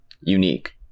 unique